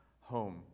home